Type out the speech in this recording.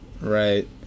right